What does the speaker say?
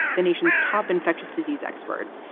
the nation's top infectious disease expert,